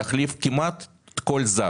להחליף כמעט כל זר.